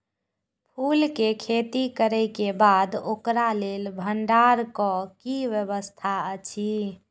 फूल के खेती करे के बाद ओकरा लेल भण्डार क कि व्यवस्था अछि?